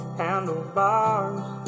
handlebars